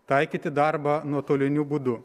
taikyti darbą nuotoliniu būdu